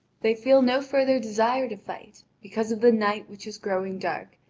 they feel no further desire to fight, because of the night which is growing dark,